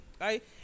Right